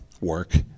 work